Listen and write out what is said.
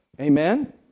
Amen